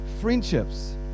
friendships